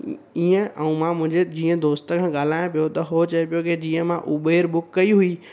ईअं ऐं मां मुंहिंजे जीअं दोस्त सां ॻाल्हायां पियो त उहो चए पियो की जीअं मां उबेर बुक कई हुई